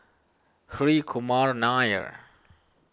Hri Kumar Nair